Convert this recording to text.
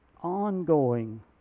Ongoing